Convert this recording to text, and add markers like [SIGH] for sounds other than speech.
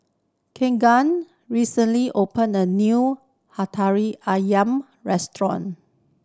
Keagan recently opened a new [UNINTELLIGIBLE] ayam restaurant